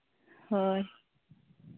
ᱦᱳᱭ